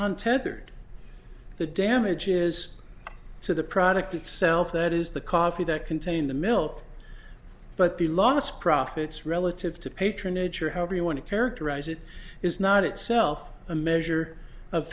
on tethered the damage is so the product itself that is the coffee that contain the milk but the lost profits relative to patronage or however you want to characterize it is not itself a measure of